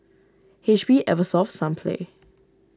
H P Eversoft Sunplay